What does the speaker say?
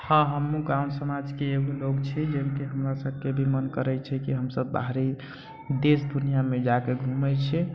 हँ हमहुँ गाम समाजके एगो लोक छी जे हमरा सबकेँ भी मन करैत छै कि हमसब बाहरी देश दुनिआमे जाके घूमैत छी